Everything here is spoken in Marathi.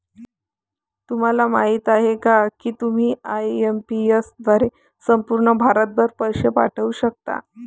तुम्हाला माहिती आहे का की तुम्ही आय.एम.पी.एस द्वारे संपूर्ण भारतभर पैसे पाठवू शकता